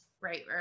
Right